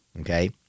okay